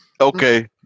okay